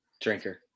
drinker